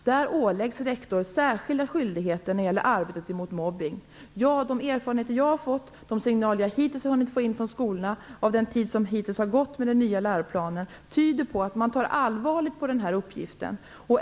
Där åläggs rektor särskilda skyldigheter när det gäller arbetet emot mobbning. De erfarenheter som jag har fått, de signaler som jag hittills har hunnit få in från skolorna från den tid som hunnit gå under den nya läroplanen, tyder på att man tar allvarligt på den här uppgiften.